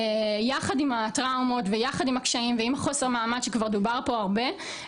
יחד עם הטראומות ויחד עם הקשיים ועם החוסר מעמד שכבר דובר פה הרבה,